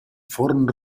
forn